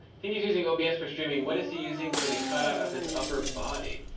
think he's using obs for streaming. what is he using for the cut out of his upper body?